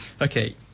Okay